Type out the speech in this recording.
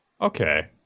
okay